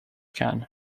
can